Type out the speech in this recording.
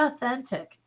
authentic